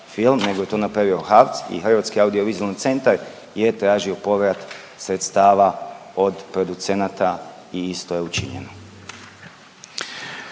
nego je to napravio HAVC i Hrvatski audiovizualni centar je tražio povrat sredstava od producenata i isto je učinjeno.